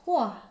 !wah!